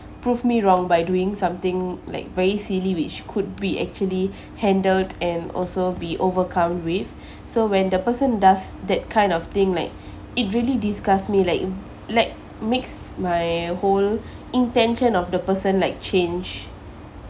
prove me wrong by doing something like very silly which could be actually handled and also be overcome with so when the person does that kind of thing like it really disgust me like like makes my whole intention of the person like change